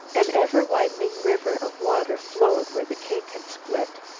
an ever-widening river of water flowed where the cake had split.